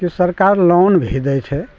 किछु सरकार लोन भी दै छै